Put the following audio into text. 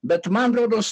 bet man rodos